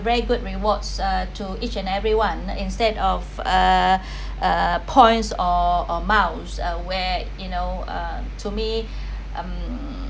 very good rewards uh to each and every one instead of uh uh points or or miles uh where you know uh to me um